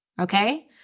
okay